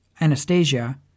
Anastasia